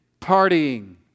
partying